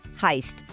heist